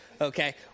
Okay